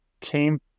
came